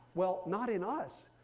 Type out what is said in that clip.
well, not in us,